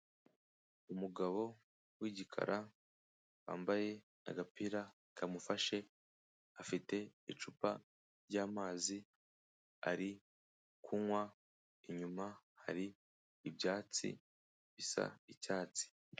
Umugabo w'igikara wambaye agapira kamufashe, afite icupa ry'amazi ari kunywa, inyuma hari ibyatsi bisa icyatsi.